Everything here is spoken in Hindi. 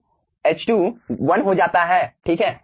तो H2 1 हो जाता है ठीक